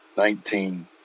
Nineteen